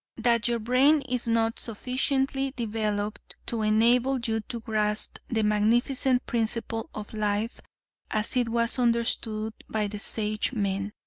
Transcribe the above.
that your brain is not sufficiently developed to enable you to grasp the magnificent principle of life as it was understood by the sage-men,